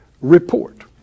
report